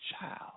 child